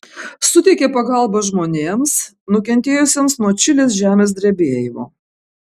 suteikė pagalbą žmonėms nukentėjusiems nuo čilės žemės drebėjimo